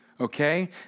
okay